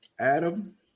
Adam